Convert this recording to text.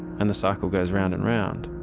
and the cycle goes round and round,